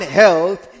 health